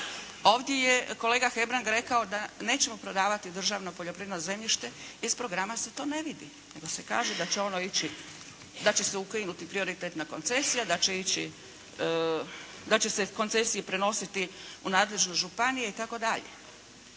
Ovdje je kolega Hebrang rekao da nećemo prodavati državno poljoprivredno zemljište. Iz programa se to ne vidi, nego se kaže da će ono ići, da će se ukinuti prioritetna koncesija, da će se koncesije prenositi u nadležne županije itd.